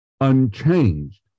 unchanged